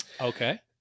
Okay